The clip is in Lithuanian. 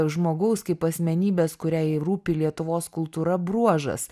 žmogaus kaip asmenybės kuriai rūpi lietuvos kultūra bruožas